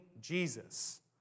Jesus